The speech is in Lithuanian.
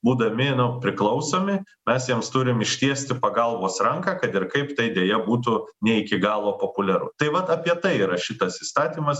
būdami nu priklausomi mes jiems turim ištiesti pagalbos ranką kad ir kaip tai deja būtų ne iki galo populiaru tai vat apie tai yra šitas įstatymas